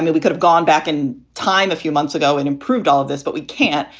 we we could've gone back in time a few months ago and improved all of this, but we can't.